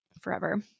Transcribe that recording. forever